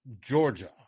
Georgia